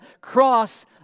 cross